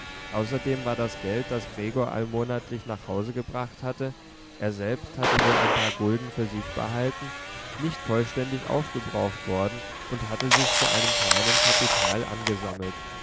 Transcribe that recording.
außerdem aber war das geld das gregor allmonatlich nach hause gebracht hatte er selbst hatte nur ein paar gulden für sich behalten nicht vollständig aufgebraucht worden und hatte sich zu einem kleinen kapital angesammelt